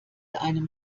einem